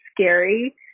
scary